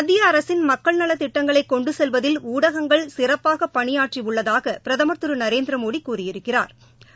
மத்திய அரசின் மக்கள்நலத் திட்டங்களை கொண்டு செல்வதில் ஊடகங்கள் சிறப்பாக பணியாற்றி உள்ளதாக பிரதமா் திரு நரேந்திரமோடி கூறியிருக்கிறாா்